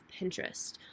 Pinterest